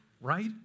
right